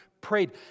prayed